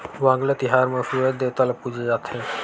वांगला तिहार म सूरज देवता ल पूजे जाथे